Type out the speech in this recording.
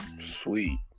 Sweet